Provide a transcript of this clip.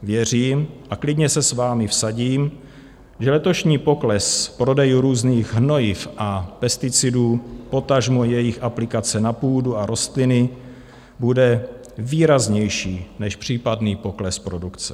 Věřím, a klidně se s vámi vsadím, že letošní pokles prodejů různých hnojiv a pesticidů, potažmo jejich aplikace na půdu a rostliny, bude výraznější než případný pokles produkce.